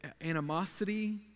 animosity